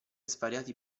svariati